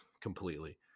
completely